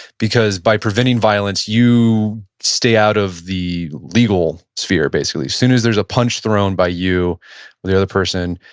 because by preventing violence, you stay out of the legal sphere basically. as soon as there's a punch thrown by you or the other person,